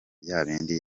byabindi